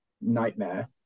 nightmare